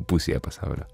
pusėje pasaulio